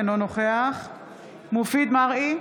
אינו נוכח מופיד מרעי,